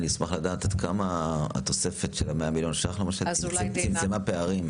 אני אשמח לדעת עד כמה התוספת של ה-100 מיליון ₪ למשל צמצמה פערים.